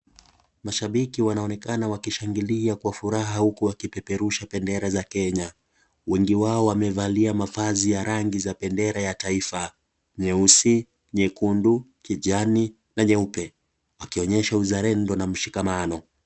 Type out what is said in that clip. Mashabiki wanaonekana wakishangilia kwa furaha huku wakipeperusha bendera za Kenya, wengi wao wamevalia mavazi ya rangi za bendera ya taifa, nyeusi, nyekundu, kijani na nyeupe, wakionyesha uzalendo na mshikamano.